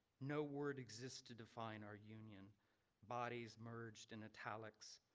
no word exists to define our union bodies merged in italics.